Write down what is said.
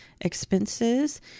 expenses